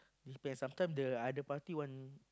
depend sometime the other party want